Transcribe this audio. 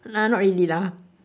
nah not really lah